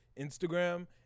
Instagram